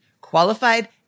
qualified